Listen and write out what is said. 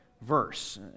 verse